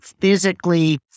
physically